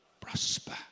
prosper